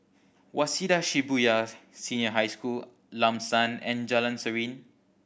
Waseda Shibuya Senior High School Lam San and Jalan Serene